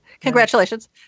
Congratulations